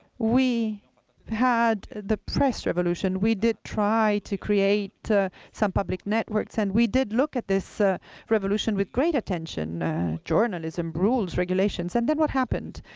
we had the press revolution. we did try to create some public networks and we did look at this ah revolution with great attention journalism, rules, regulations. and then what happened?